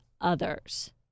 others